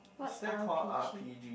what's R_P_G